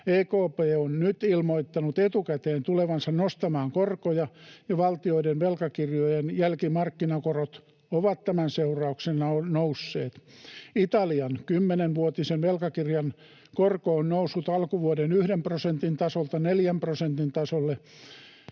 EKP on nyt ilmoittanut etukäteen tulevansa nostamaan korkoja, ja valtioiden velkakirjojen jälkimarkkinakorot ovat tämän seurauksena nousseet. Italian 10-vuotisen velkakirjan korko on noussut alkuvuoden 1 prosentin tasolta 4 prosentin tasolle,